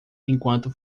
enquanto